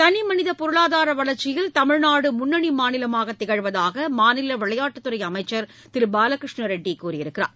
தளிமனித பொருளாதார வளர்ச்சியில் தமிழ்நாடு முன்னணி மாநிலமாகத் திகழ்வதாக மாநில விளையாட்டுத்துறை அமைச்சர் திரு பாலகிருஷ்ண ரெட்டி கூறியிருக்கிறார்